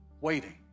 waiting